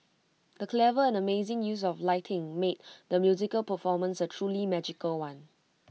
the clever and amazing use of lighting made the musical performance A truly magical one